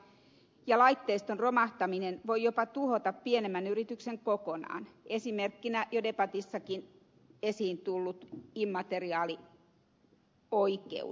tietoturvan ja laitteiston romahtaminen voi jopa tuhota pienemmän yrityksen kokonaan esimerkkinä jo debatissakin esiin tulleet immateriaalioikeudet